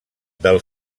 del